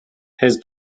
his